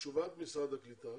מתשובת משרד הקליטה